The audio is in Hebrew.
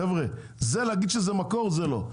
חבר'ה זה להגיד שזה מקור זה לא,